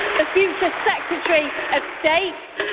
the future secretary of state.